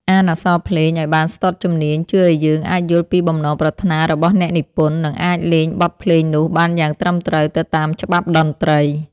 អានអក្សរភ្លេងឱ្យបានស្ទាត់ជំនាញជួយឱ្យយើងអាចយល់ពីបំណងប្រាថ្នារបស់អ្នកនិពន្ធ និងអាចលេងបទភ្លេងនោះបានយ៉ាងត្រឹមត្រូវទៅតាមច្បាប់តន្ត្រី។